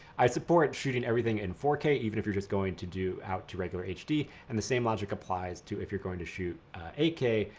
i support shooting shooting everything in four k even if you're just going to do out to regular hd. and the same logic applies to if you're going to shoot eight k,